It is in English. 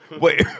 Wait